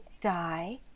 die